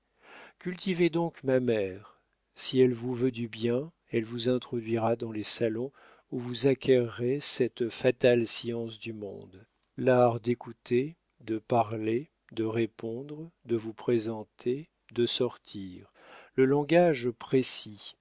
cultivez donc ma mère si elle vous veut du bien elle vous introduira dans les salons où vous acquerrez cette fatale science du monde l'art d'écouter de parler de répondre de vous présenter de sortir le langage précis